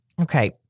Okay